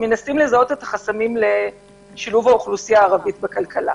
מנסים לזהות את החסמים לשילוב האוכלוסייה הערבית בכלכלה.